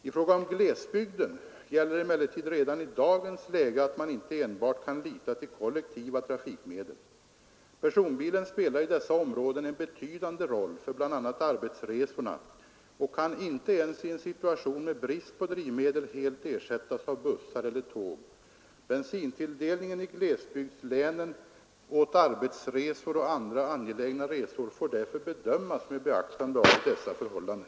I fråga om glesbygden gäller emellertid redan i dagens läge att man inte enbart kan lita till kollektiva trafikmedel. Personbilen spelar i dessa områden en betydande roll för bl.a. arbetsresorna och kan inte ens i en situation med brist på drivmedel helt ersättas av bussar eller tåg. Bensintilldelningen i glesbygdslänen för arbetsresor och andra angelägna resor får därför bedömas med beaktande av dessa förhållanden.